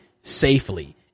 safely